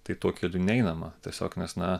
tai tuo keliu neinama tiesiog nes na